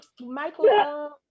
Michael